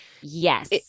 Yes